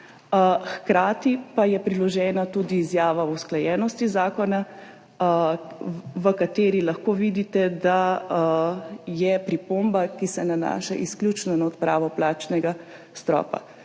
Hkrati pa je priložena tudi izjava o usklajenosti zakona, v kateri lahko vidite, da je pripomba, ki se nanaša izključno na odpravo plačnega stropa.